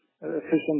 efficient